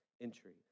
entry